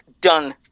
Done